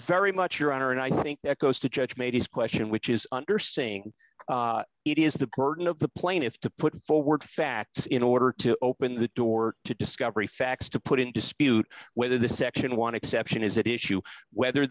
very much your honor and i think it goes to church made his question which is under saying it is the burden of the plaintiffs to put forward facts in order to open the door to discovery facts to put in dispute whether the section one exception is at issue whether